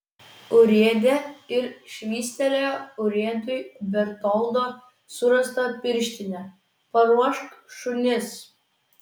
urėde ir švystelėjo urėdui bertoldo surastą pirštinę paruošk šunis